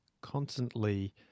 constantly